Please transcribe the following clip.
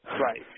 right